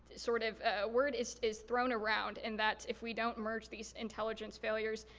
sort of word is is thrown around. and that if we don't merge these intelligence failures,